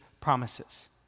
promises